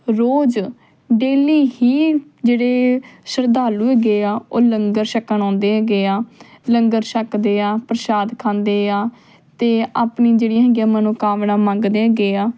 ਰੋਜ਼ daily ਹੀ ਜਿਹੜੇ ਸ਼ਰਧਾਲੂ ਹੈਗੇ ਆ ਉਹ ਲੰਗਰ ਛਕਣ ਆਉਂਦੇ ਹੈਗੇ ਆ ਲੰਗਰ ਛਕਦੇ ਆ ਪ੍ਰਸ਼ਾਦ ਖਾਂਦੇ ਆ ਅਤੇ ਆਪਣੀ ਜਿਹੜੀ ਹੈਗੀ ਆ ਮਨੋਕਾਮਨਾ ਮੰਗਦੇ ਹੈਗੇ ਆ